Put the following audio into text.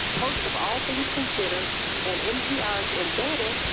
host of all things considered and npr's embedded,